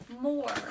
more